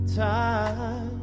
time